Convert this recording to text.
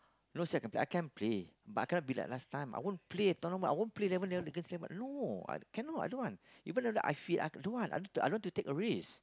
not say I cannot play I can play but I cannot be like last time I won't play tournament I won't play eleven eleven against them no cannot I don't want even though I fit I don't want I don't want to take a risk